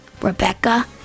Rebecca